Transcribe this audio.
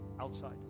Outside